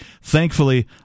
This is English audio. Thankfully